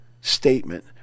statement